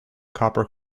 copper